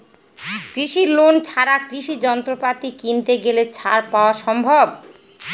কৃষি লোন ছাড়া কৃষি যন্ত্রপাতি কিনতে গেলে ছাড় পাওয়া সম্ভব?